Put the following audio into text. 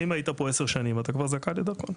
אם היית פה עשר שנים, אתה כבר זכאי לדרכון.